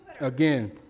Again